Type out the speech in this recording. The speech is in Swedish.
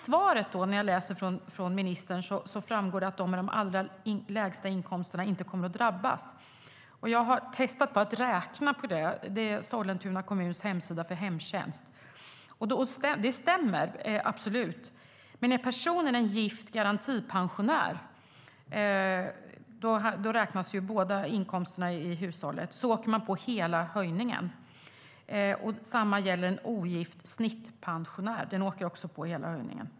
Av ministerns svar framgick att de med de allra lägsta inkomsterna inte kommer att drabbas. Jag har testat på att räkna med utgångspunkt i Sollentuna kommuns hemsida för hemtjänst. Ministerns svar stämmer - absolut. Om personen är en gift garantipensionär - då räknas båda inkomsterna i hushållet - åker denne på hela höjningen. Samma gäller en ogift snittpensionär. Den pensionären åker också på hela höjningen.